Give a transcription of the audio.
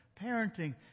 Parenting